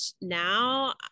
now